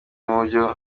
mubyo